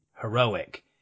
heroic